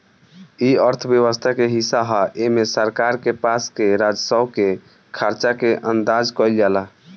इ अर्थव्यवस्था के हिस्सा ह एमे सरकार के पास के राजस्व के खर्चा के अंदाज कईल जाला